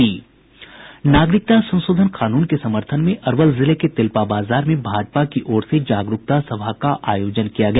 नागरिकता संशोधन कानून के समर्थन में अरवल जिले के तेलपा बाजार में भाजपा की ओर से जागरूकता सभा का आयोजन किया गया